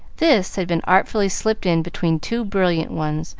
this had been artfully slipped in between two brilliant ones,